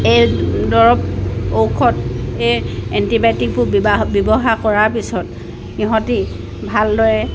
এই দৰৱ ঔষধ এই এণ্টিবায়'টিকবোৰ ব্যৱহাৰ কৰাৰ পিছত সিহঁতে ভালদৰে